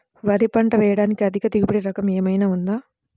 వరి పంట వేయటానికి అధిక దిగుబడి రకం ఏమయినా ఉందా?